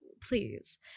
please